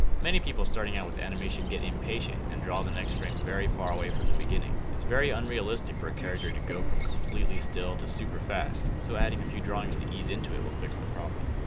many people starting out with animation get impatient and draw the next frame very far away from the beginning. it's very unrealistic for a character to go from completely still to super fast so adding a few drawings to ease into it will fix the problem.